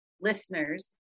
listeners